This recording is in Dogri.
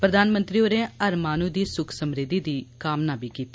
प्रधानमंत्री होरें हर माहनू दी सुख समृद्धि दी कामना कीती